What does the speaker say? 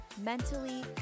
mentally